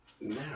now